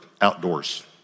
outdoors